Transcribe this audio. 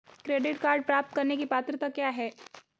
Credit card प्राप्त करने की पात्रता क्या है?